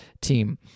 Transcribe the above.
team